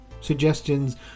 suggestions